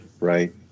Right